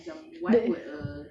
the